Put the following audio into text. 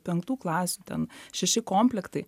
penktų klasių ten šeši komplektai